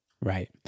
Right